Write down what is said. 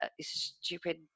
Stupid